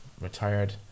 retired